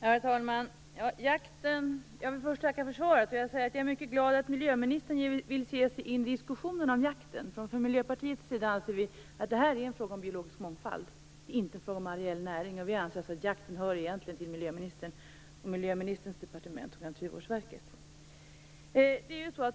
Herr talman! Jag vill först tacka för svaret. Jag är mycket glad att miljöministern vill ge sig in i diskussionen om jakten. Vi i Miljöpartiet anser att detta är en fråga om biologisk mångfald. Det är inte en fråga om areell näring. Vi anser alltså att jakten egentligen hör till miljöministerns departement och Naturvårdsverket.